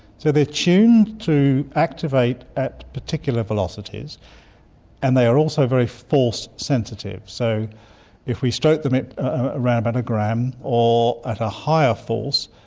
so they're tuned to activate at particular velocities and they are also very force sensitive. so if we stroke them at around about a gram or at a higher force,